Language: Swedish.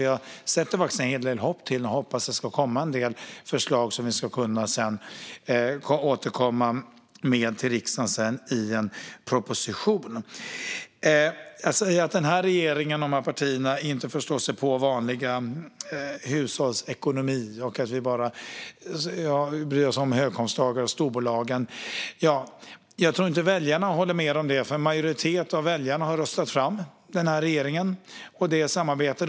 Jag sätter faktiskt en hel del hopp till den och hoppas att det ska komma en del förslag som vi sedan ska kunna återkomma med till riksdagen i en proposition. Att regeringen och regeringspartierna inte förstår sig på vanliga hushålls ekonomi och bara bryr sig om höginkomsttagare och storbolag tror jag inte att väljarna håller med om. En majoritet av väljarna har röstat fram den här regeringen och det här samarbetet.